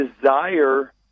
desire